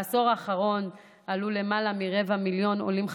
בעשור האחרון עלו למעלה מרבע מיליון עולים חדשים,